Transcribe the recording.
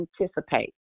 anticipate